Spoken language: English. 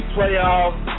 Playoffs